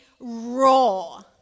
Raw